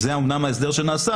זה אומנם ההסדר שנעשה,